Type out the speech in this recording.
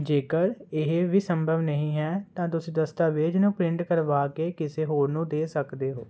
ਜੇਕਰ ਇਹ ਵੀ ਸੰਭਵ ਨਹੀਂ ਹੈ ਤਾਂ ਤੁਸੀਂ ਦਸਤਾਵੇਜ਼ ਨੂੰ ਪ੍ਰਿੰਟ ਕਰਵਾ ਕੇ ਕਿਸੇ ਹੋਰ ਨੂੰ ਦੇ ਸਕਦੇ ਹੋ